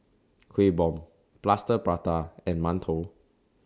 Kueh Bom Plaster Prata and mantou